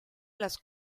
las